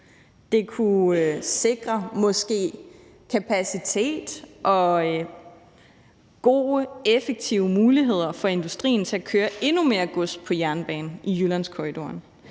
Det kunne måske sikre kapacitet og gode, effektive muligheder for industrien til at køre endnu mere gods på jernbanen i Jyllandskorridoren.